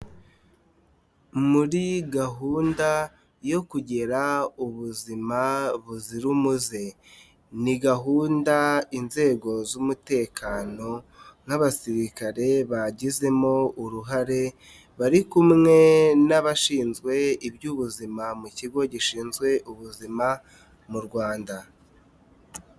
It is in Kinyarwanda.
Muri gahunda yo kugira ubuzima buzira umuze, ni gahunda inzego z'umutekano n'abasirikare bagizemo uruhare, bari kumwe n'abashinzwe iby'ubuzima mu kigo gishinzwe ubuzima mu Rwanda.